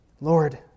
Lord